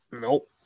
nope